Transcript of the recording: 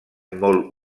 molt